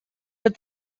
but